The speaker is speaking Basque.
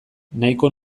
nahiko